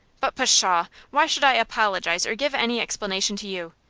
but, pshaw! why should i apologize or give any explanation to you?